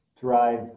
drive